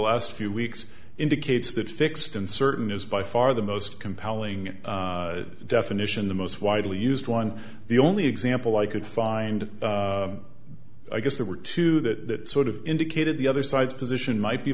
last few weeks indicates that fixed and certain is by far the most compelling definition the most widely used one the only example i could find i guess there were two that sort of indicated the other side's position might be